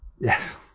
Yes